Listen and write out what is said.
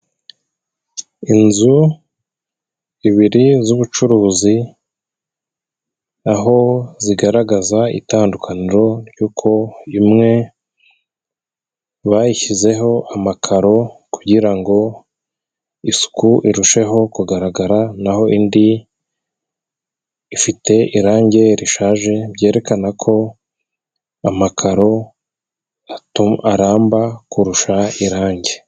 Inzu ibiri z'ubucuruzi aho zigaragaza itandukaniro ry'uko imwe bayishyizeho amakaro kugira ngo isuku irusheho kugaragara, naho indi ifite irange rishaje byerekana ko amakaro aramba kurusha irange.